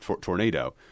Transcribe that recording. tornado